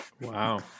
Wow